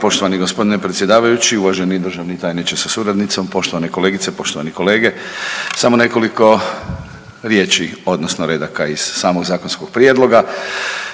poštovani gospodine predsjedavajući, uvaženi državni tajniče sa suradnicom, poštovane kolegice, poštovani kolege. Samo nekoliko riječi odnosno redaka iz samog Zakonskog prijedloga.